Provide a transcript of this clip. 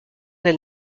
del